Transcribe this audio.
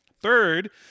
Third